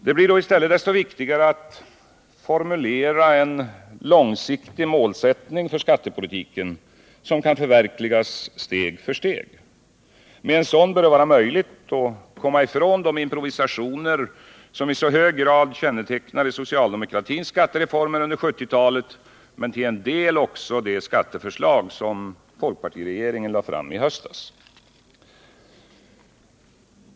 Det blir då i stället desto viktigare att formulera en långsiktig målsättning för skattepolitiken, som kan förverkligas steg för steg. Med en sådan bör det vara möjligt att komma ifrån de improvisationer som i så hög grad kännetecknade socialdemokratins skattereformer under 1970-talet men till en del också det skatteförslag som folkpartiregeringen lade fram i höstas.